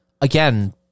again